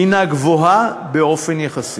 היא גבוהה באופן יחסי,